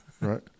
Right